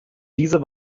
diese